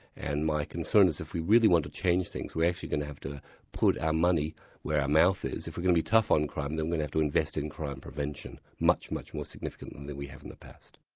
and my concern is if we really want to change things, we're actually going to have to put our money where our mouth is. if we're going to be tough on crime, then we're going to have to invest in crime prevention, much, much more significantly than we have in the past.